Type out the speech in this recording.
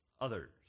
others